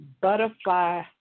Butterfly